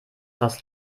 fast